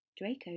Draco